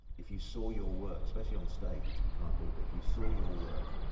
if you saw your work especially on stage, which we can't do, but if you saw your work,